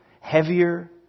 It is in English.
heavier